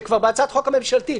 בהצעת החוק הממשלתית.